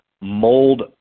mold